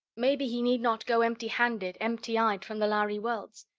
maybe he need not go empty-handed, empty-eyed, from the lhari worlds!